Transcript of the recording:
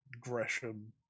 Gresham